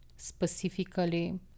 specifically